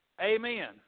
amen